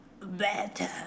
Better